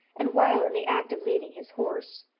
and while in the act of leading his horse,